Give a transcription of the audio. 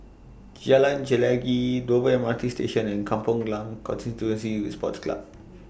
Jalan Chelagi Dover M R T Station and Kampong Glam Constituency Sports Club